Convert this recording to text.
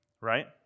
right